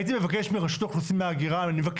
אני מבקש מרשות האוכלוסין וההגירה,